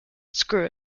screw